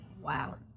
wow